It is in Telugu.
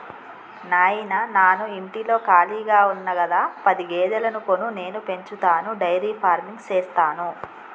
నాయిన నాను ఇంటిలో కాళిగా ఉన్న గదా పది గేదెలను కొను నేను పెంచతాను డైరీ ఫార్మింగ్ సేస్తాను